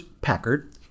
Packard